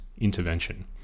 intervention